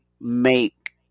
make